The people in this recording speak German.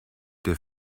der